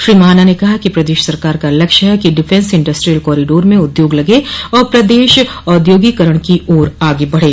श्री महाना ने कहा कि सरकार का लक्ष्य है कि डिफेंस इंडस्ट्रीयल कॉरिडोर में उद्योग लगे और प्रदेश औद्योगोकरण की ओर आगे बढ़े